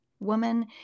woman